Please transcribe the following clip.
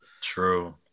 True